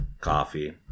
Coffee